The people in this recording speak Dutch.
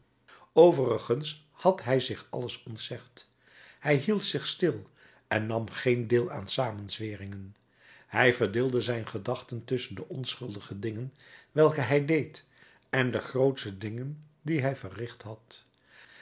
overigens had hij zich alles ontzegd hij hield zich stil en nam geen deel aan samenzweringen hij verdeelde zijn gedachten tusschen de onschuldige dingen welke hij deed en de grootsche dingen die hij verricht had